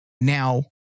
Now